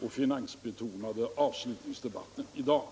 och finansbetonade avslutningsdebatten i dag.